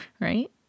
Right